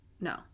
no